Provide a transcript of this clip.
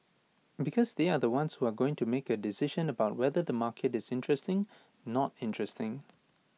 because they are the ones who are going to make A decision about whether the market is interesting not interesting